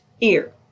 ear